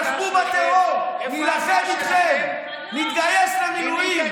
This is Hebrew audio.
תילחמו בטרור, נילחם איתכם, נתגייס למילואים.